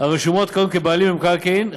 הרשומות כיום כבעלים במקרקעין.